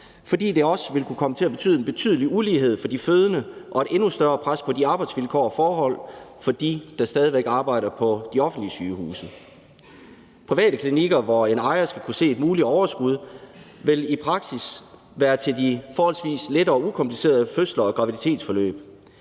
fordi det også vil kunne komme til at betyde en betydelig ulighed for de fødende og et endnu større pres på arbejdsvilkårene og -forholdene for dem, der er stadig væk arbejder på de offentlige sygehuse. Private klinikker, hvor en ejer skal kunne se et muligt overskud, vil i praksis være til de forholdsvis lette og ukomplicerede fødsler og graviditetsforløb.